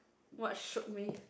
what shoot me